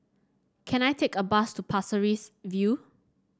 can I take a bus to Pasir Ris View